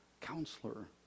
counselor